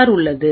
R உள்ளது